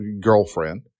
girlfriend